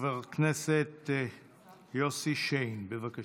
חבר הכנסת יוסי שיין, בבקשה.